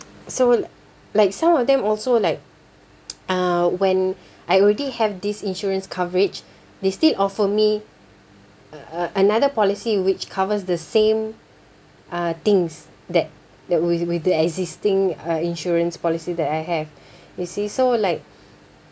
so like some of them also like uh when I already have these insurance coverage they still offer me a a~ another policy which covers the same uh things that that with with the existing uh insurance policy that I have you see so like